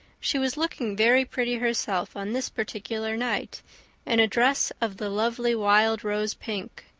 she was looking very pretty herself on this particular night in a dress of the lovely wild-rose pink,